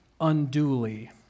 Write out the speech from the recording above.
unduly